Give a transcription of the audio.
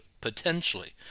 potentially